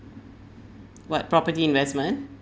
what property investment